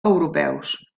europeus